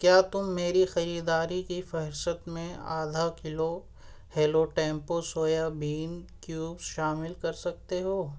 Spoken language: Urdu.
کیا تم میری خریداری کی فہرست میں آدھا کلو ہیلو ٹیمپو سویابین کیوب شامل کر سکتے ہو